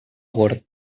gord